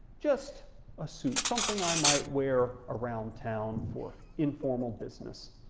just a suit, something i might wear around town for informal business,